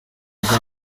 bwa